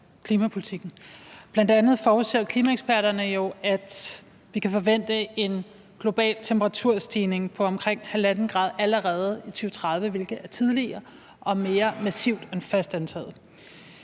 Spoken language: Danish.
bl.a. forudser klimaeksperterne jo, at vi kan forvente en global temperaturstigning på omkring 1½ grad allerede i 2030, hvilket er tidligere og mere massivt end først antaget.